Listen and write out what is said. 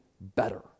better